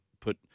put –